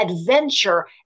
adventure